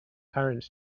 current